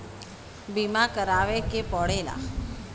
बीमा करावे के पड़ेला